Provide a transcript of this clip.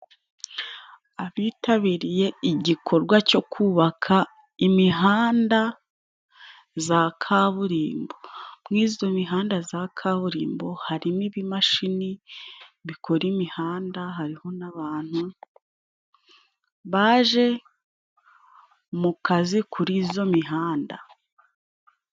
Abitabiriye igikorwa cyo kubaka imihanda ya kaburimbo. Muri iyo mihanda ya kaburimbo, harimo ibimashini bikora imihanda. Hariho n'abantu baje mu kazi kuri iyo mihanda.